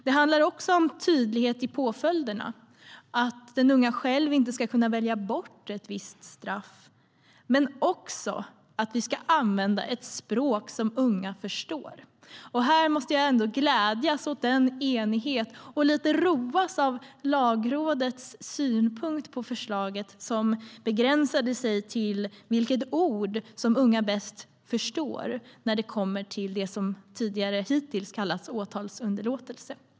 Det handlar även om tydlighet i påföljderna, att den unga själv inte ska kunna välja bort ett visst straff. Men det handlar också om att vi ska använda ett språk som unga förstår. Och jag måste ändå glädjas åt vår enighet och roas lite av Lagrådets synpunkt på förslaget som begränsades till vilket ord som unga bäst förstår när det kommer till det som hittills har kallats åtalsunderlåtelse.